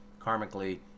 karmically